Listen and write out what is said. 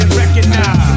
recognize